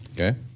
okay